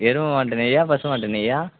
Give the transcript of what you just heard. எருமை மாட்டு நெய்யா பசு மாட்டு நெய்யா